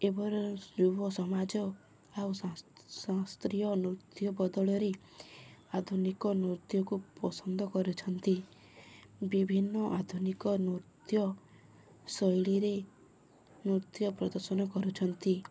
ଏବେର ଯୁବ ସମାଜ ଆଉ ଶାସ୍ତ୍ରୀୟ ନୃତ୍ୟ ବଦଳରେ ଆଧୁନିକ ନୃତ୍ୟକୁ ପସନ୍ଦ କରୁଛନ୍ତି ବିଭିନ୍ନ ଆଧୁନିକ ନୃତ୍ୟ ଶୈଳୀରେ ନୃତ୍ୟ ପ୍ରଦର୍ଶନ କରୁଛନ୍ତି